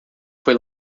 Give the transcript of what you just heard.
foi